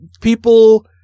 people